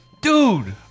dude